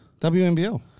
WNBL